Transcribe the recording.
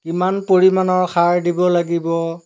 কিমান পৰিমাণৰ সাৰ দিব লাগিব